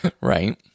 right